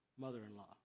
mother-in-law